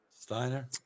Steiner